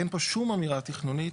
אין פה שום אמירה תכנונית,